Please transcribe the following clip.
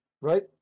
right